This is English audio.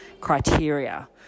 criteria